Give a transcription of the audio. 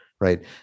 right